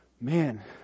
man